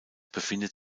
befindet